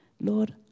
Lord